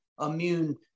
immune